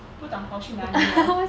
不懂跑去哪里了